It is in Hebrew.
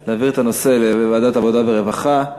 על העברת הנושא לוועדת העבודה והרווחה.